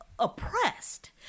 oppressed